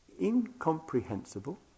incomprehensible